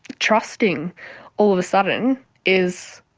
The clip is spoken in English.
trusting all of a sudden is,